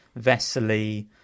Vesely